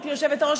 גברתי היושבת-ראש,